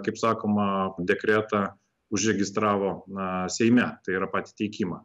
kaip sakoma dekretą užregistravo na seime tai yra patį teikimą